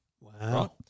Wow